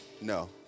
No